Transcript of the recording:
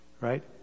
right